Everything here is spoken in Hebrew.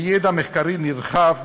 בידע מחקרי נרחב,